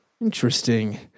Interesting